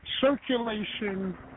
circulation